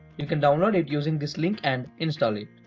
you can download it using this link and install it.